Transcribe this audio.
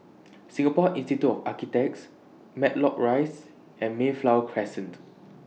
Singapore Institute of Architects Matlock Rise and Mayflower Crescent